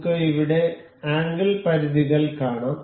നമുക്ക് ഇവിടെ ആംഗിൾ പരിധികൾ കാണാം